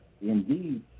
indeed